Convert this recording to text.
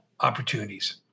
opportunities